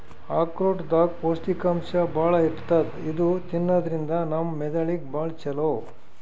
ಆಕ್ರೋಟ್ ದಾಗ್ ಪೌಷ್ಟಿಕಾಂಶ್ ಭಾಳ್ ಇರ್ತದ್ ಇದು ತಿನ್ನದ್ರಿನ್ದ ನಮ್ ಮೆದಳಿಗ್ ಭಾಳ್ ಛಲೋ